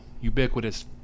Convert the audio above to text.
ubiquitous